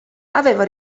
aveva